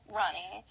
running